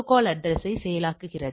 எனவே இது இப்படித்தான் தெரிகிறது